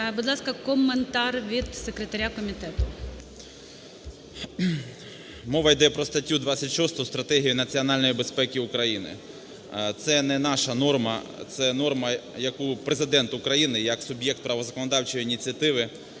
Будь ласка, коментар від секретаря комітету. 10:49:34 ВІННИК І.Ю. Мова йде про статтю 26 "Стратегія національної безпеки України". Це не наша норма, це норма, яку Президент України як суб'єкт права законодавчої ініціативи